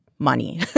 money